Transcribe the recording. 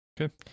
Okay